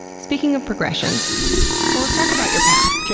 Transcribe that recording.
speaking of progressions so let's talk about your path. yeah